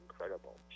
incredible